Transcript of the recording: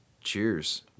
cheers